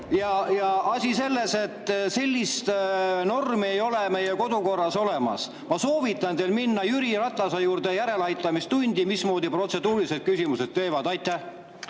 Asi on selles, et sellist normi ei ole meie kodukorras olemas. Ma soovitan teil minna Jüri Ratase juurde järeleaitamistundi, et mismoodi protseduurilised küsimused [käivad]. Asi